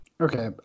Okay